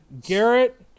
Garrett